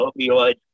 opioids